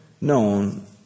known